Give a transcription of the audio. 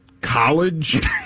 college